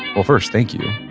well first thank you.